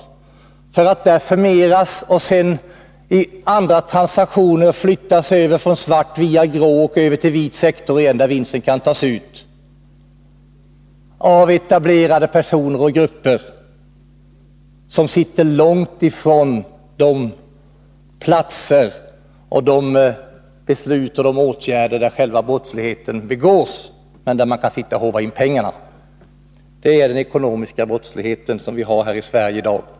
Där förmeras pengarna, för att sedan i andra transaktioner flyttas över från svart sektor via grå sektor tillbaka till vit sektor igen. Där kan vinsten tas ut, av etablerade personer och grupper som sitter långt ifrån de platser och de beslut där själva brottsligheten begås. Det är den ekonomiska brottslighet som vi har här i Sverige i dag.